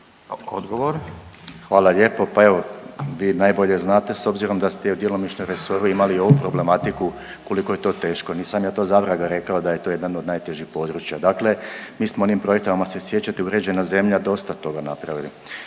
(HDSSB)** Hvala lijepo. Pa evo vi najbolje znate s obzirom da ste i djelomično u resoru imali ovu problematiku koliko je to teško. Nisam ja to zavraga rekao da je to jedan od najtežih područja. Dakle, mi smo onim projektima ako se sjećate Uređena zemlja dosta toga napravila.